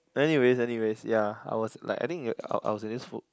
anyways anyways ya I was like I think I I was in this food